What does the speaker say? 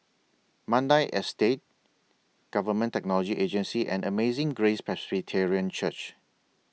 Mandai Estate Government Technology Agency and Amazing Grace Presbyterian Church